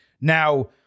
Now